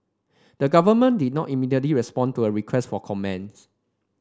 the government did not immediately respond to a request for comment